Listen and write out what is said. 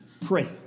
pray